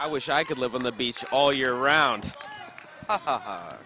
i wish i could live on the beach all year round